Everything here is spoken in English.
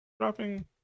dropping